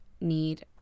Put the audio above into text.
need